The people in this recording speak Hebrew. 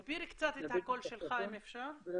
תגביר קצת את הקול שלך, אם אפשר.